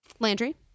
Landry